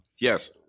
Yes